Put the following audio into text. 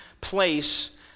place